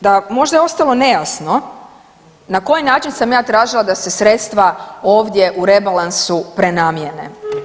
Naime, da možda je ostalo nejasno na koji način sam ja tražila da se sredstva ovdje u rebalansu prenamijene.